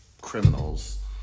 criminals